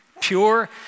Pure